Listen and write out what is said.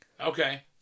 Okay